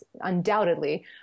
undoubtedly